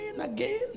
again